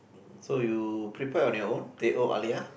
so you prepared on your own they all teh-O-halia